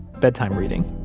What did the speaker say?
bedtime reading,